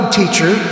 teacher